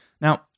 Now